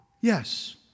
yes